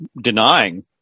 denying